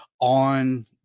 on